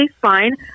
fine